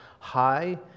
high